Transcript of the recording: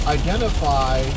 identify